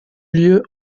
lieu